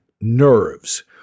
nerves